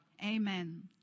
Amen